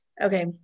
okay